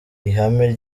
ihame